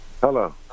Hello